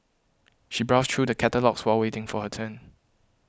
she browsed through the catalogues while waiting for her turn